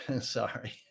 Sorry